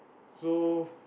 so